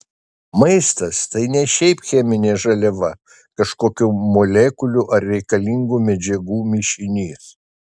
maistas tai ne šiaip cheminė žaliava kažkokių molekulių ar reikalingų medžiagų mišinys